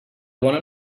want